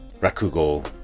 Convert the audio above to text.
Rakugo